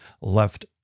left